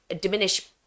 diminish